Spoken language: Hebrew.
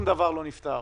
שום דבר לא נפתר.